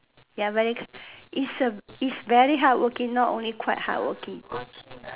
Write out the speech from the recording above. ya very is a is very hardworking not only quite hardworking